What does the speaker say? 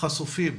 חשופים